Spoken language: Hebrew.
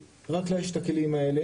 רק לה יש את הכלים האלה,